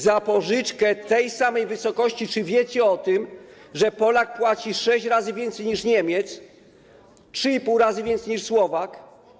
Za pożyczkę w tej samej wysokości, czy wiecie o tym, Polak płaci 6 razy więcej niż Niemiec, 3,5 razy więcej niż Słowak?